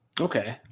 Okay